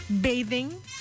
bathing